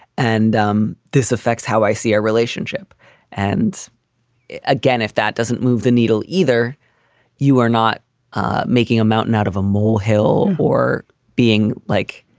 and um this affects how i see our relationship and again, if that doesn't move the needle, either you are not ah making a mountain out of a molehill or being like,